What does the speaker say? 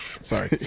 Sorry